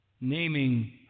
Naming